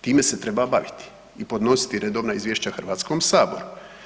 Time se treba baviti i podnositi redovna izvješća Hrvatskom Saboru.